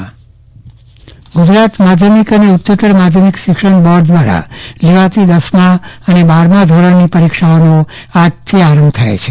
Chandravadan Pattani board પરીક્ષા પ્રારંભ ગુજરાત માધ્યમિક અને ઉચ્ચતર માધ્યમિક શિક્ષણ બોર્ડ દ્વારા લેવાતી દસમા અને બારમા ધોરણની પરીક્ષાઓનો આજથી આરંભ થાય છે